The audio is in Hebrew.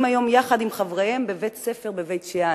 היום יחד עם חבריהם בבית-ספר בבית-שאן?